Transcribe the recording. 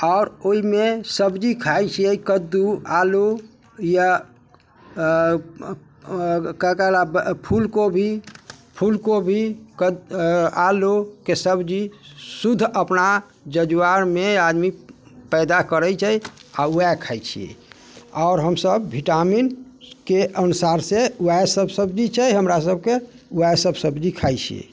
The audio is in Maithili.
आओर ओहिमे सब्जी खाइ छिए कद्दू आलू या के कहलऽ आब फूलकोबी फूलकोबी आलूके सब्जी शुद्ध अपना जजुआरमे आदमी पैदा करै छै आओर वएह खाइ छिए आओर हमसब विटामिनके अनुसारसँ वएहसब सब्जी छै हमरासबके वएहसब सब्जी खाइ छिए